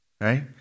right